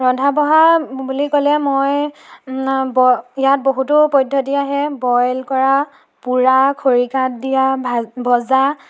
ৰন্ধা বঢ়া বুলি ক'লে মই ব ইয়াত বহুতো পদ্ধতি আহে বইল কৰা পোৰা খৰিকাত দিয়া ভাজ ভজা